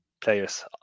players